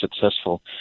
successful